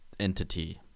entity